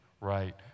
right